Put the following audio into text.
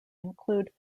include